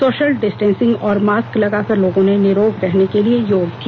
social distancing और mask लगाकर लोगों ने निरोग रहने केलिए योग किया